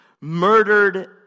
murdered